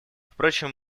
впрочем